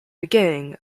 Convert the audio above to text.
beginning